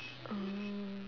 oh